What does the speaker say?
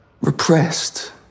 repressed